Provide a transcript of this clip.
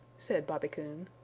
said bobby coon.